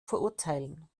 verurteilen